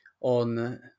on